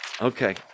Okay